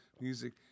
music